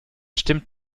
stimmt